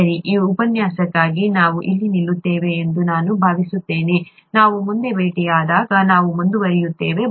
ಸರಿ ಈ ಉಪನ್ಯಾಸಕ್ಕಾಗಿ ನಾವು ಇಲ್ಲಿ ನಿಲ್ಲುತ್ತೇವೆ ಎಂದು ನಾನು ಭಾವಿಸುತ್ತೇನೆ ನಾವು ಮುಂದೆ ಭೇಟಿಯಾದಾಗ ನಾವು ಮುಂದುವರಿಯುತ್ತೇವೆ